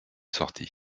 sortie